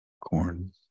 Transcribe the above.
corn